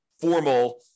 formal